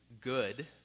good